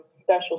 special